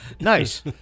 Nice